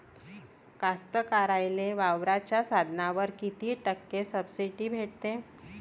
कास्तकाराइले वावराच्या साधनावर कीती टक्के सब्सिडी भेटते?